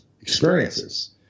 experiences